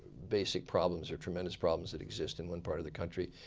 basic problems or tremendous problems that exist in one part of the country.